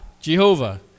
Jehovah